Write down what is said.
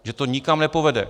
Že to nikam nepovede.